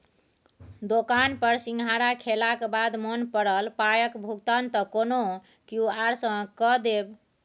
दोकान पर सिंघाड़ा खेलाक बाद मोन पड़ल पायक भुगतान त कोनो क्यु.आर सँ कए देब